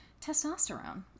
testosterone